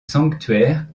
sanctuaire